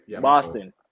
Boston